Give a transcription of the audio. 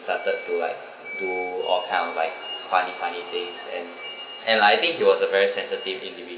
started to like do all kind of like funny funny things and and I think he was a very sensitive individual